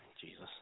Jesus